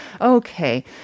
Okay